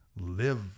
Live